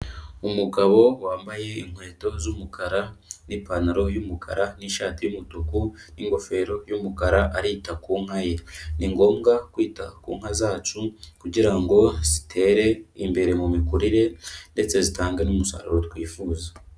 Umugabo wambaye inkweto z'umukara n'ipantaro y'umukara, n'ishati y'umutukun n'ingofero y'umukara arita ku nka ye. Ni ngombwa kwita ku nka zacu kugira ngo zitere imbere mu mikurire ndetse zitange n'umusaruro twifuza.